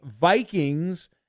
Vikings